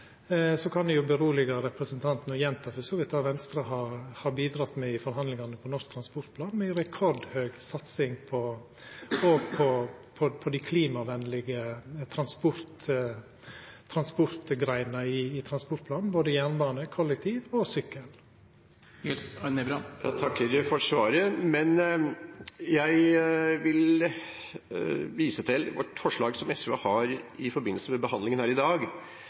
Så kan eg roa representanten og gjenta det Venstre har bidrege med i forhandlingane om Nasjonal transportplan: Me har ei rekordhøg satsing også på dei klimavenlege transportgreinene i transportplanen – både jernbane, kollektivtrafikk og sykkel. Jeg takker for svaret, men jeg vil vise til forslaget som SV har i forbindelse med behandlingen her i dag: